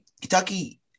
Kentucky